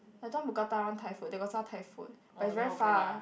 I don't want Mookata I want Thai food they got sell Thai food but it's very far